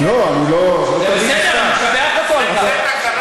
לא, שלא תריבו סתם.